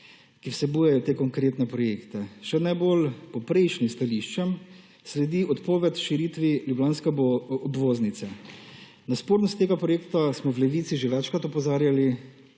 ki vsebujejo te konkretne projekte. Še najbolj poprejšnjim stališčem sledi odpoved o širitvi ljubljanske obvoznice. Na spornost tega projekta smo v Levici že večkrat opozarjali